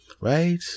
right